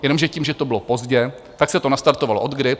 Jenomže tím, že to bylo pozdě, tak se to nastartovalo odkdy?